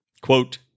quote